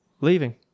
leaving